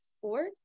fourth